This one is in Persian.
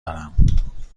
دارم